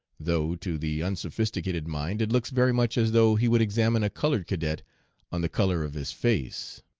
though to the unsophisticated mind it looks very much as though he would examine a colored cadet on the color of his face.